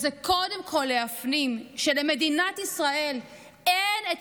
זה קודם כול להפנים שלמדינת ישראל אין את